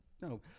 no